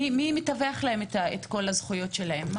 מי מתווך להן את כל הזכויות שלהן?